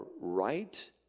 right